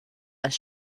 als